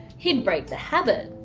he'd break the habit.